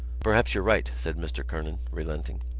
perhaps you're right, said mr. kernan, relenting.